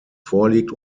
vorliegt